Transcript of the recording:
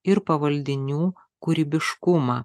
ir pavaldinių kūrybiškumą